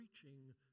preaching